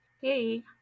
Hey